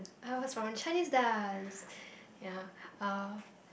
I was from Chinese dance ya uh